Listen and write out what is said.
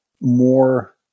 more